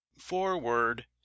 Forward